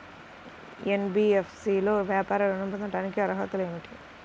NBFC లో వ్యాపార ఋణం పొందటానికి అర్హతలు ఏమిటీ?